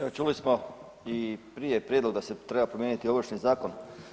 Evo čuli smo i prije prijedlog da se treba promijeniti Ovršni zakon.